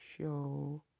show